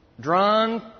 Drawn